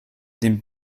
den